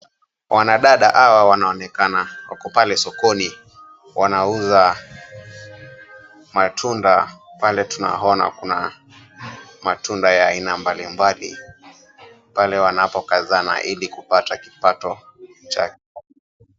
Wanadada hawa wanaonekana wako pale sokoni wanauza matunda .Pale tunaona kuna matunda ya aina mbalimbali pale wanapokazana ili kupata kipato chao.